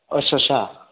आथसा सा